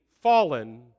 fallen